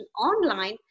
online